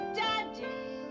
daddy